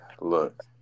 Look